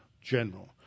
general